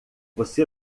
você